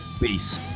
Peace